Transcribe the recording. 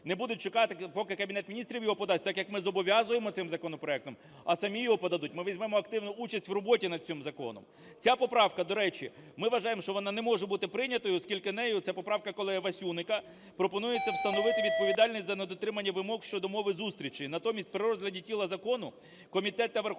не будуть чекати, поки Кабінет Міністрів його подасть, так як ми зобов'язуємо цим законопроектом, а самі його подадуть. Ми візьмемо активну участь в роботі над цим законом. Ця поправка, до речі, ми вважаємо, що вона не може бути прийнятою, оскільки нею, це поправка колеги Васюника, пропонується встановити відповідальність за недотримання вимог щодо мови зустрічей. Натомість при розгляді тіла закону комітет та Верховна